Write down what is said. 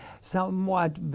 somewhat